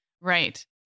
Right